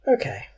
Okay